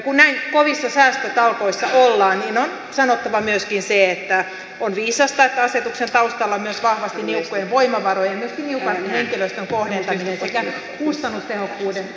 kun näin kovissa säästötalkoissa ollaan niin on sanottava myöskin se että on viisasta että asetuksen taustalla on myös vahvasti niukkojen voimavarojen myöskin niukan henkilöstön kohdentaminen sekä kustannustehokkuuden tavoittelu